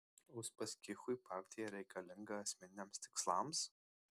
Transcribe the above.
uspaskichui partija reikalinga asmeniniams tikslams